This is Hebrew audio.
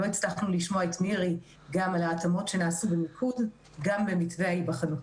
נעשו התאמות גם במיקוד וגם במתווה ההיבחנות.